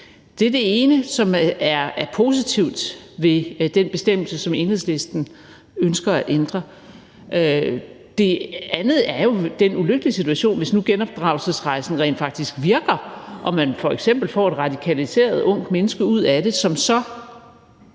Det er det ene, som er positivt ved den bestemmelse, som Enhedslisten ønsker at ændre. Det andet er jo den ulykkelige situation, at genopdragelsesrejsen rent faktisk kan virke, og man f.eks. får et radikaliseret ungt menneske ud af det, som så